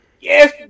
yes